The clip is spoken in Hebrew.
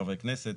חברי כנסת,